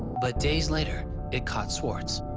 but days later it caught swartz